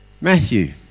Matthew